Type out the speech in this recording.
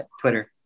twitter